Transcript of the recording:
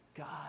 God